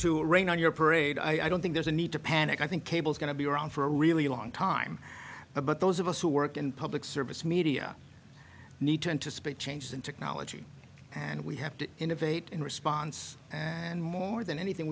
to rain on your parade i don't think there's a need to panic i think cable's going to be around for a really long time but those of us who work in public service media need to anticipate changes in technology and we have to innovate in response and more than anything